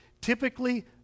typically